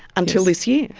until this year.